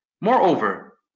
Moreover